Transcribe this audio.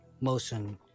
motion